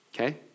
okay